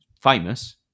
famous